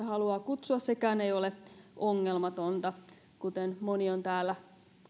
haluaa kutsua ei ole sekään ongelmatonta kuten moni on täällä